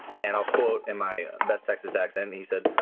and i'll quote in my best texas accent, he said,